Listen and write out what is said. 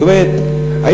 זאת אומרת,